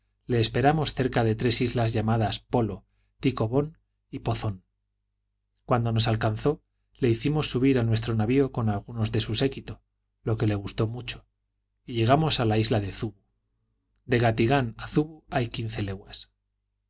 le esperamos cerca de tres islas llamadas polo ticobón y buzón cuando nos alcanzó le hicimos subir a nuestro navio con algunos de su séquito lo que le gustó mucho y llegamos a la isla de zubu de gatigán a zubu hay quince leguas